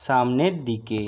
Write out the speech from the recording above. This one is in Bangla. সামনের দিকে